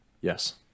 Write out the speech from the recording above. Yes